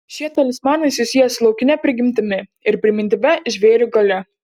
šie talismanai susiję su laukine prigimtimi ir primityvia žvėrių galia